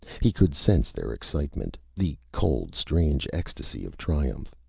he could sense their excitement, the cold, strange ecstasy of triumph.